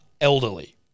elderly